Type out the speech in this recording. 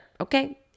Okay